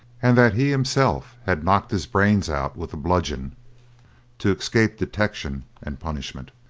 and that he himself had knocked his brains out with a bludgeon to escape detection and punishment.